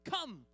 come